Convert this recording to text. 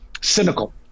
cynical